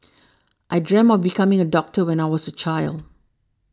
I dreamt of becoming a doctor when I was a child